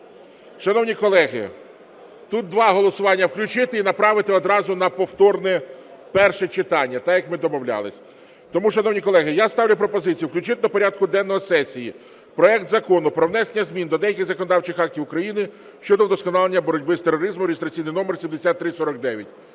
Шановні колеги, тут два голосування: включити і направити одразу на повторне перше читання, так, як ми домовлялися. Тому, шановні колеги, я ставлю пропозицію включити до порядку денного сесії проект Закону про внесення змін до деяких законодавчих актів України щодо вдосконалення боротьби з тероризмом (реєстраційний номер 7349).